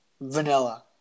Vanilla